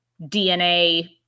DNA